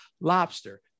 Lobster